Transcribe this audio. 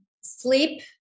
Sleep